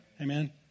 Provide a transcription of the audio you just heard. Amen